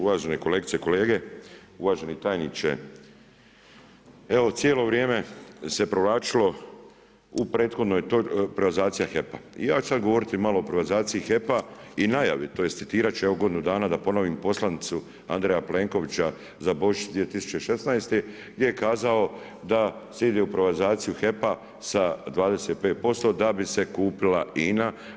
Uvažene kolegice i kolege, uvaženi tajniče, evo cijelo vrijeme se provlačilo u prethodnoj, improvizacija HEP-a i ja ću sad malo govoriti o improvizaciji HEP-a i najavi, tj. citirati ću, evo godinu dana, da ponovim poslanicu Andreja Plenkovića za Božić 2016. gdje je kazao da se ide u improvizaciju HEP-a sa 25% da bi se kupila INA.